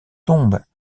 tombes